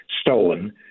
stolen